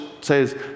says